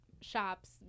shops